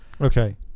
Okay